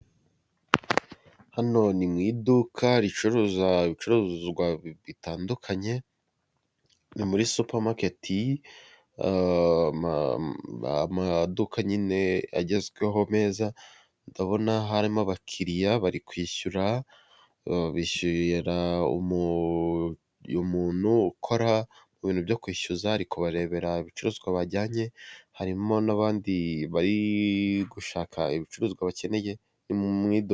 Hano ni mu iduka ricuruza ibicuruzwa bitandukanye muri supermarketi amaduka nyine agezweho meza ndabona harimo abakiriya bari kwishyura uyu muntu ukora mu bintu byo kwishyuza arimo kubarebera ibicuruzwa bajyanye harimo n'abandi bari gushaka ibicuruzwa bakeneye mu iduka .